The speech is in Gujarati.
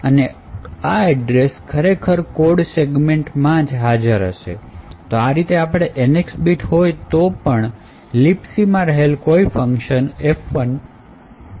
અને આ એડ્રેસ ખરેખર code સેગમેન્ટમાં હાજર હશે તો આ રીતે આપણે NX બીટ હોય તો ભી libc માં રહેલ કોઈ ફંકશન F૧ એક્ઝિક્યુટ કરી શકીએ